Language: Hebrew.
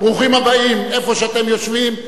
ברוכים הבאים, איפה שאתם יושבים.